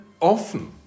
often